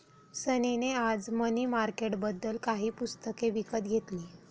सनी ने आज मनी मार्केटबद्दल काही पुस्तके विकत घेतली